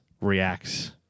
reacts